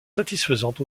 satisfaisante